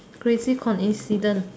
crazy coincidence